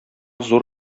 зур